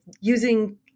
using